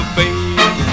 baby